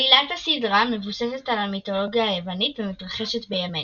עלילת הסדרה מבוססת על המיתולוגיה היוונית ומתרחשת בימינו.